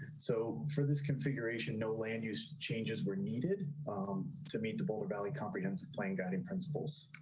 so for this configuration no land use changes were needed to meet the boulder valley comprehensive plan guiding principles.